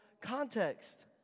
context